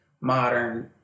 modern